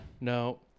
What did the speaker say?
No